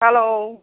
hello